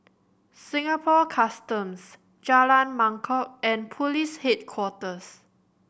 Singapore Customs Jalan Mangkok and Police Headquarters